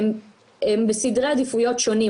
הן בסדרי עדיפויות שונים.